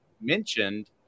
mentioned